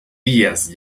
días